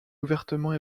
ouvertement